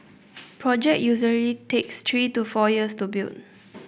project usually takes three to four years to build